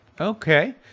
Okay